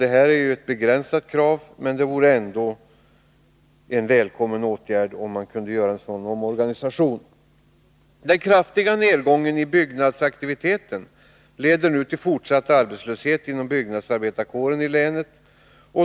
Det är ju ett begränsat krav, men en sådan omorganisation vore ändå en välkommen åtgärd. Den kraftiga nedgången i byggnadsaktiviteten leder nu till fortsatt arbetslöshet inom byggnadsarbetarkåren i länet.